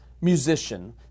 musician